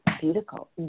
beautiful